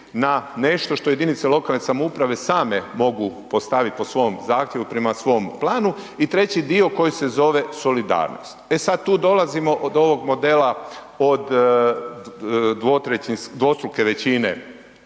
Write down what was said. na nešto što jedinice lokalne samouprave same mogu postaviti po svom zahtjevu, prema svom planu. I treći dio koji se zove solidarnost. E sad tu dolazimo do ovog modela od dvostruke većine